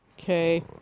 Okay